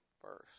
first